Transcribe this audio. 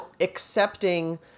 accepting